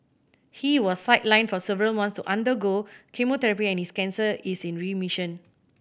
he was sidelined for several months to undergo chemotherapy and his cancer is in remission